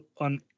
on